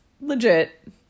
legit